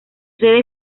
sede